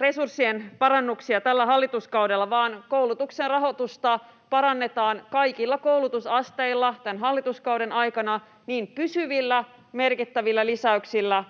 resurssien parannuksia tällä hallituskaudella, vaan koulutuksen rahoitusta parannetaan kaikilla koulutusasteilla tämän hallituskauden aikana niin pysyvillä merkittävillä lisäyksillä